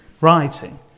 writing